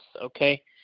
okay